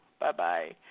Bye-bye